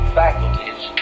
faculties